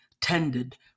tended